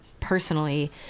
personally